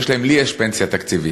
לי יש פנסיה תקציבית,